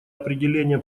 определения